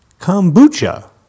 Kombucha